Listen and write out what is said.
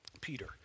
Peter